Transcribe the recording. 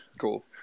Cool